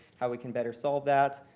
how we can better solve that,